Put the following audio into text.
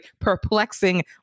perplexing